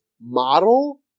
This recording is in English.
model